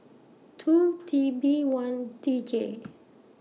two T B one D J